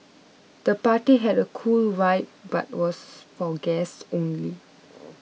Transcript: the party had a cool vibe but was for guests only